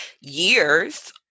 years